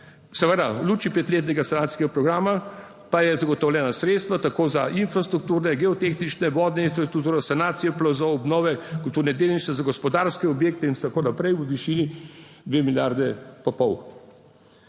Seveda, v luči petletnega sanacijskega programa pa je zagotovljena sredstva tako za infrastrukturne, geotehnične, vodne infrastrukture, sanacijo plazov, obnove kulturne dediščine, za gospodarske objekte in tako naprej, v višini dve milijardi pa pol.